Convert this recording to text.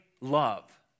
love